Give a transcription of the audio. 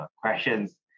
questions